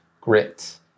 grit